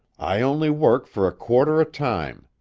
i only work for a quarter a time,